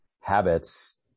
habits